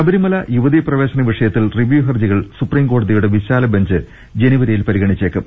ശബരിമല യുവതീപ്രവേശന വിഷയത്തിൽ റിവ്യൂഹർജികൾ സുപ്രീം കോടതിയുടെ വിശാലബെഞ്ച് ജനുവരിയിൽ പരിഗണിച്ചേക്കും